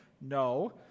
No